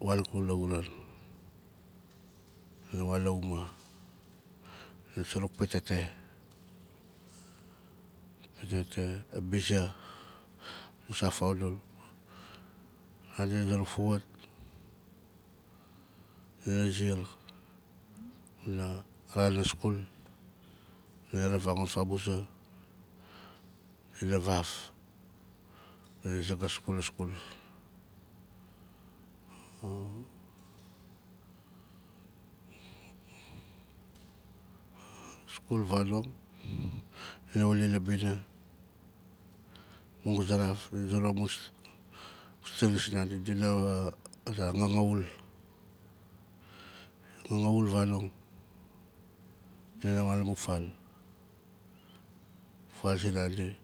wan ikula lauran dina wan la umaa dina suruk pitete, a bize, a musang faudul madina zuruk fauwaat madina ziar aran a skul dina ravangon fabuza dina vaf ma dina zangas kulaa skul skul vanong di na wuli la bina mo languzaraf zuruk amun senis sinandi dina dina hgangau vanong dina wan la mun fal- fal zinandi